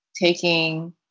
taking